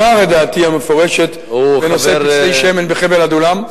אומר את דעתי המפורשת בנושא פצלי שמן בחבל עדולם.